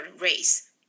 race